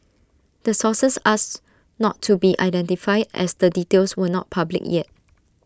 the sources asked not to be identified as the details were not public yet